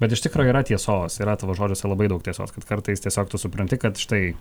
bet iš tikro yra tiesos yra tavo žodžiuose labai daug tiesos kad kartais tiesiog tu supranti kad štai